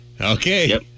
Okay